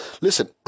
listen